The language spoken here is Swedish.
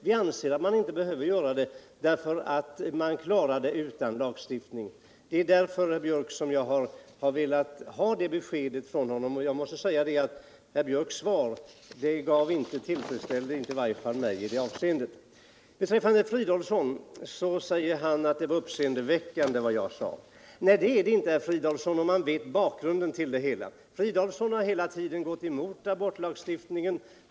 Vi anser att man inte behöver göra det därför att man kan klara saken utan lagstiftning. Det är därför jag vill ha besked från herr Gunnar Biörck i Värmdö. Men jag måste säga att herr Biörcks svar tillfredsställde i varje fall inte mig i det avseendet. Herr Fridolfsson säger att det jag yttrade var uppseendeväckande. Nej, det är det inte, herr Fridolfsson, om man vet bakgrunden till det hela. Herr Fridolfsson har hela tiden gått emot abortlagstiftningen.